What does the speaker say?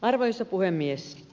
arvoisa puhemies